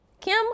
Kim